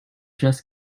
just